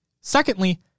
Secondly